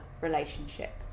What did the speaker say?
relationship